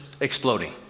exploding